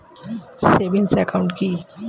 Savings account কি?